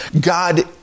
God